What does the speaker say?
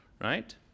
right